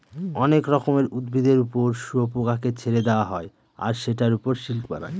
অনেক রকমের উদ্ভিদের ওপর শুয়োপোকাকে ছেড়ে দেওয়া হয় আর সেটার ওপর সিল্ক বানায়